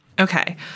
Okay